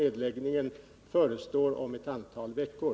Nedläggning förestår om ett antal veckor.